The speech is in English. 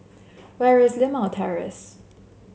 where is Limau Terrace